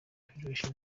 federation